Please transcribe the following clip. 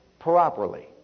properly